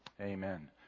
Amen